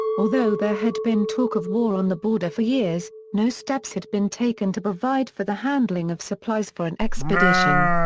although there had been talk of war on the border for years, no steps had been taken to provide for the handling of supplies for an expedition.